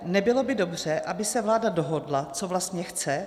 Nebylo by dobře, aby se vláda dohodla, co vlastně chce?